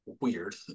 weird